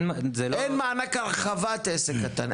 אין מענק הרחבת עסק קטן.